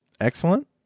Excellent